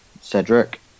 Cedric